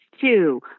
two